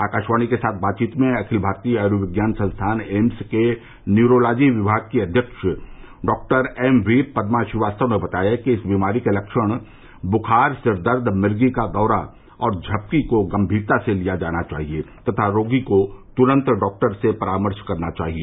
आकाशवाणी के साथ बातचीत में अखिल भारतीय आय्र्वेज्ञान संस्थान एम्स के न्यूरालोजी विभाग की अध्यक्ष doctor M V Padma Srivastava ने बताया कि इस बीमारी के लक्षण बुखार सिर दर्द मिर्गी का दौरा और झपकी को गंभीरता से लिया जाना चाहिए तथा रोगी को तुरंत डॉक्टर से परामर्श करना चाहिए